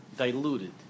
diluted